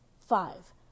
five